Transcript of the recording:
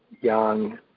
young